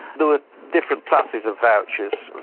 there were different classes of vouchers.